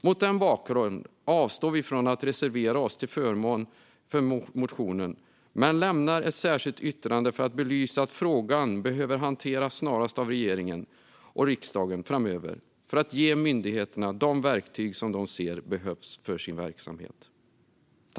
Mot den bakgrunden avstår vi från att reservera oss till förmån för motionen men lämnar ett särskilt yttrande för att belysa att frågan behöver hanteras snarast av regeringen och riksdagen framöver för att ge myndigheterna de verktyg som de ser behövs för sin verksamhet.